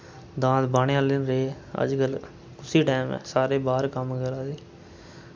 दांद बाह्ने आह्ले होंदे हे अजकल कुस्सी टैम ऐ सारे बाह्र कम्म करै दे